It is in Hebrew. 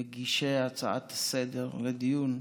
מגישי ההצעה לסדר-היום,